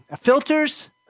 filters